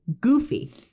goofy